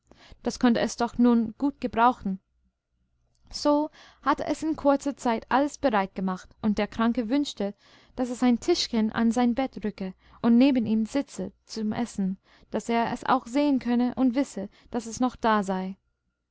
das konnte es doch nun gut gebrauchen so hatte es in kurzer zeit alles bereit gemacht und der kranke wünschte daß es ein tischchen an sein bett rücke und neben ihm sitze zum essen daß er es auch sehen könne und wisse daß es noch da sei